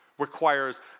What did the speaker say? requires